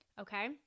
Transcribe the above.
okay